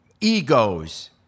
egos